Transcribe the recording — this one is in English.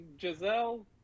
Giselle